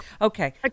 Okay